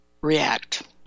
react